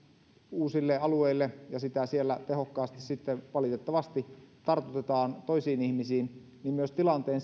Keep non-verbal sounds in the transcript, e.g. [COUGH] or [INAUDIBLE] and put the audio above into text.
uusille alueille ja sitä siellä tehokkaasti sitten valitettavasti tartutetaan toisiin ihmisiin myös tilanteen [UNINTELLIGIBLE]